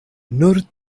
nur